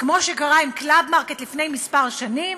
כמו שקרה עם "קלאב מרקט" לפני כמה שנים